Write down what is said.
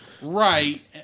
right